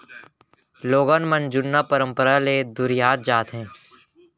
लोगन मन जुन्ना परंपरा ले दुरिहात जात हें